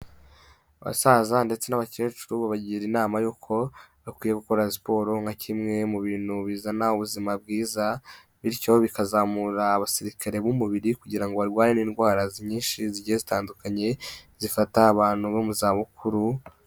Abasaza ndetse n'abakecuru babagira inama y'uko bakwiye gukora siporo nka kimwe mu bintu bizana ubuzima bwiza, bityo bikazamura abasirikare b'umubiri kugira ngo barwane n'indwara nyinshi zige zitandukanye zifata abantu bo mu za bukuru.